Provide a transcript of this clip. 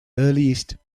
earliest